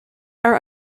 are